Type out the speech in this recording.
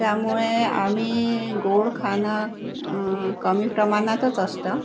त्यामुळे आम्ही गोड खाणं कमी प्रमाणातच असतं